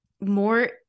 more